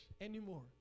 anymore